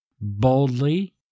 boldly